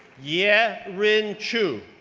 yeah rin chu,